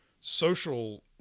social